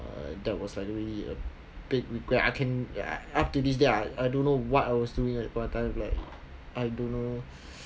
uh that was like really a big regret I can up to this day I don't know what I was doing at the point of time like I don't know